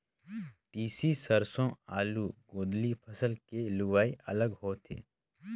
तिसी, सेरसों, आलू, गोदंली फसल के लुवई अलग होथे